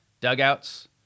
dugouts